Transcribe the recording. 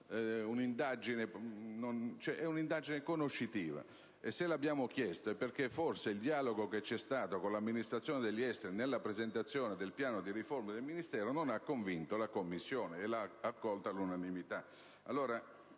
è un'indagine conoscitiva. Se l'abbiamo chiesta è perché forse il dialogo che c'è stato con l'Amministrazione degli esteri nella presentazione del piano di riforme del Ministero non ha convinto la Commissione, che ha accolto tale richiesta